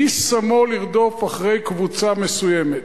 מי שמו לרדוף אחרי קבוצה מסוימת?